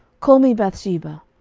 call me bathsheba.